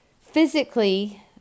physically